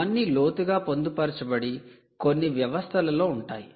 అవన్నీ లోతుగా పొందుపరచబడి కొన్ని వ్యవస్థలలో ఉంటాయి